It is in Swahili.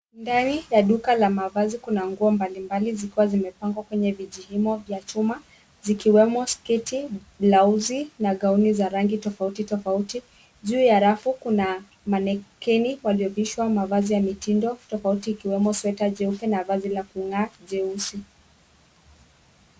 Ndani ya duka la mavazi kuna nguo mbalimbali zikiwa zimepangwa kwenye vijiimo vya chuma zikiwemo sketi, blausi na gown za rangi tofauti tofauti. Juu ya rafu kuna mannequin waliovishwa mavazi ya mitindo tofauti ikiwemo sweta jeupe na vazi la kung'aa jeusi.